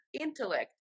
intellect